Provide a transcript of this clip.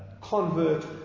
convert